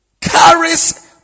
carries